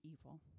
evil